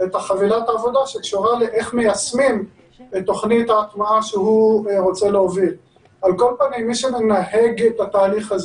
הנחת העבודה שלכם מדברת על כך שנגיע לכשניים וחצי הורדות של